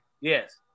Yes